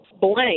blank